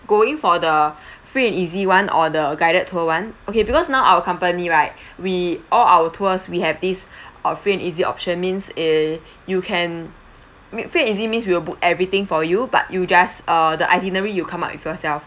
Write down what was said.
going for the free and easy [one] or the guided tour [one] okay because now our company right we all our tours we have these uh free and easy option means eh you can mea~ free and easy means we will book everything for you but you just err the itinerary you come up with yourself